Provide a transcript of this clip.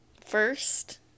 first